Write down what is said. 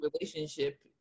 relationship